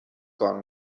کار